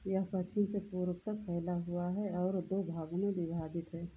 यह पश्चिम से पूर्व तक फैला हुआ है और दो भागों में विभाजित है